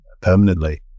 permanently